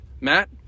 Matt